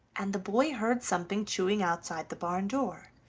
and the boy heard something chewing outside the barn door,